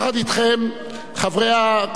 חברי הכנסת המוסלמים,